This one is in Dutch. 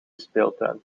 speeltuin